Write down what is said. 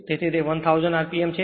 તેથી તે 1000 rpm છે